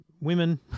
women